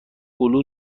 هلو